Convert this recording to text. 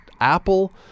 apple